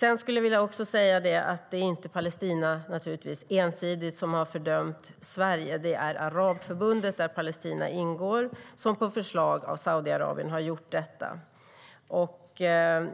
Jag vill också säga att det naturligtvis inte är Palestina som ensidigt fördömt Sverige. Det är Arabförbundet, där Palestina ingår, som på förslag av Saudiarabien gjort det.